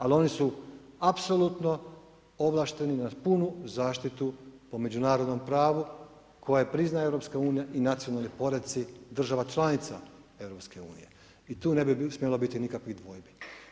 Ali oni su apsolutno ovlašteni na punu zaštitu po međunarodnom pravu koje priznaje EU i nacionalni poredci država članica EU i tu ne bi smjelo biti nikakvih dvojbi.